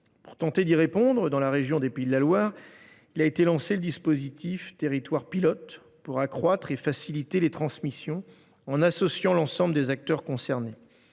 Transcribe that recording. Pour tenter de répondre à cette situation, la région Pays de la Loire a récemment lancé le dispositif « territoire pilote » pour accroître et faciliter les transmissions en associant l’ensemble des acteurs concernés.